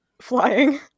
flying